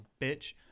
bitch